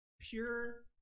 pure